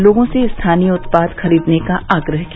लोगों से स्थानीय उत्पाद खरीदने का आग्रह किया